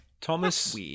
Thomas